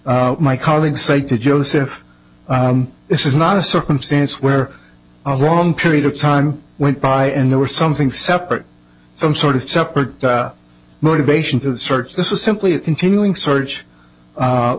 kaplan my colleagues say to joseph this is not a circumstance where a long period of time went by and there were something separate some sort of separate motivation to the search this was simply a continuing search